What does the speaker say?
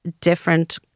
different